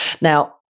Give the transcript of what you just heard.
Now